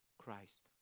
Christ